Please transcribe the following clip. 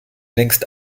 längst